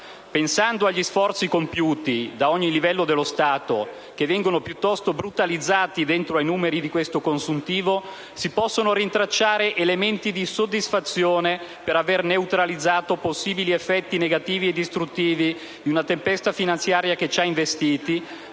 Pensando agli sforzi compiuti ad ogni livello dello Stato, che vengono piuttosto brutalizzati dentro ai numeri di questo consuntivo, si possono rintracciare elementi di soddisfazione per aver neutralizzato possibili effetti negativi e distruttivi di una tempesta finanziaria che ci ha investiti.